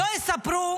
שלא יספרו